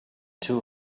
two